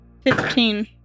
Fifteen